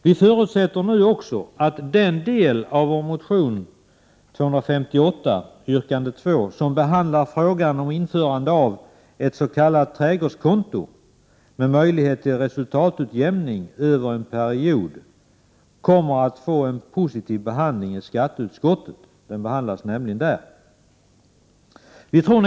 Vi förutsätter nu också att den del av vår motion — yrkande 2 — som gäller frågan om införande av ett s.k. trädgårdskonto med möjlighet till resultatutjämning över en period kommer att få en positiv behandling i skatteutskottet; den behandlas nämligen där.